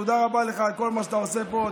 תודה רבה לך על כל מה שאתה עושה פה.